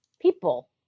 people